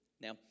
Now